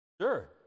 Sure